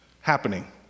happening